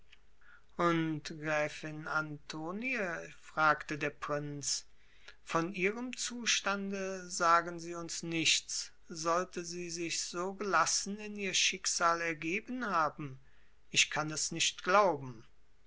und gräfin antonie fragte der prinz von ihrem zustande sagen sie uns nichts sollte sie sich so gelassen in ihr schicksal ergeben haben ich kann es nicht glauben